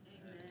Amen